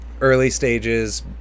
early-stages